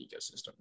ecosystem